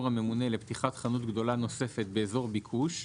הממונה לפתיחת חנות גדולה נוספת באזור ביקוש,